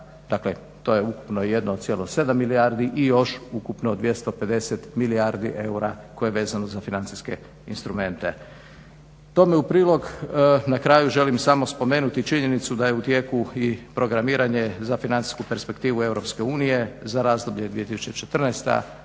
Dakle, to je ukupno 1,7 milijardi i još ukupno 250 milijuna eura koje je vezano za financijske instrumente. Tome u prilog na kraju želim samo spomenuti činjenicu da je u tijeku i programiranje za financijsku perspektivu EU za razdoblje 2014-2020.